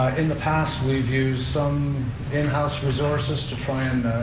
in the past, we've used some in-house resources to try and